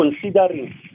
considering